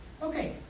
Okay